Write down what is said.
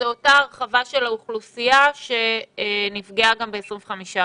זאת אותה הרחבה של האוכלוסייה שנפגעה גם ב-25 אחוזים.